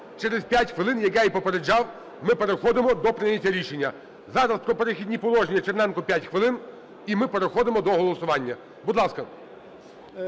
Через 5 хвилин, як я й попереджав, ми переходимо до прийняття рішення. Зараз про "Перехідні положення" Черненко 5 хвилин, і ми переходимо до голосування. Будь ласка.